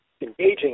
engaging